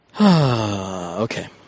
okay